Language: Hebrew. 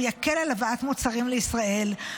הוא יקל הבאת מוצרים לישראל,